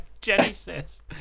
Genesis